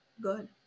good